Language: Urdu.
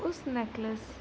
اس نیکلس